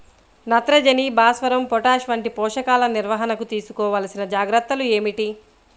నత్రజని, భాస్వరం, పొటాష్ వంటి పోషకాల నిర్వహణకు తీసుకోవలసిన జాగ్రత్తలు ఏమిటీ?